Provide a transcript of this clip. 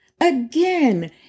again